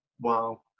wow